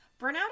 Burnout